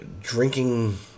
drinking